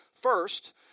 First